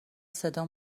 صدا